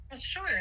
Sure